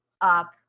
up